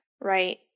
right